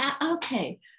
okay